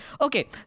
Okay